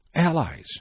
Allies